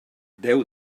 déu